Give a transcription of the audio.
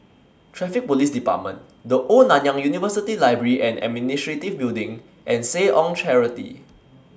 Traffic Police department The Old Nanyang University Library and Administration Building and Seh Ong Charity